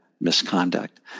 misconduct